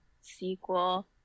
sequel